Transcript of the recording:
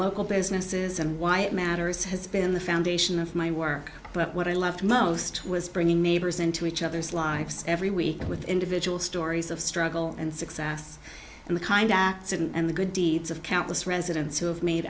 local businesses and why it matters has been the foundation of my work but what i loved most was bringing neighbors into each other's lives every week and with individual stories of struggle and success and the kind acts and the good deeds of countless residents who have made